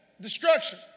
Destruction